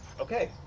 okay